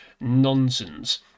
nonsense